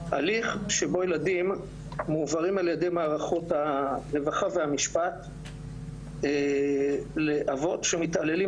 הליך שבו ילדים מועברים על ידי מערכות הרווחה והמשפט לאבות שמתעללים